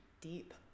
deep